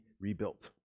rebuilt